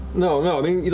no, no, look.